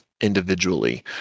individually